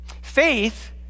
faith